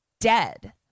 dead